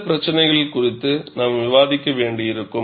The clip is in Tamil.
சில பிரச்சினைகள் குறித்து நாம் விவாதிக்க வேண்டியிருக்கும்